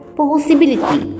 possibility